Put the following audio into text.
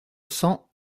cents